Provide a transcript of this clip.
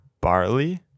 barley